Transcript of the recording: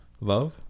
Love